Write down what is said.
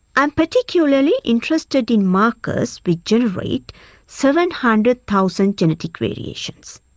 i'm particularly interested in markers which generate seven hundred thousand genetic radiations.